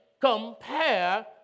compare